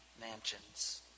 mansions